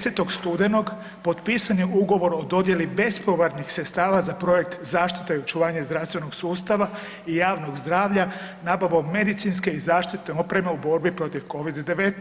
10. studenog potpisan je ugovor o dodijeli bespovratnih sredstava za projekt Zaštita i očuvanje zdravstvenog sustava i javnog zdravlja nabavom medicinske i zaštite opreme u borbi proti Covid-19